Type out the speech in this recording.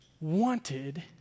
wanted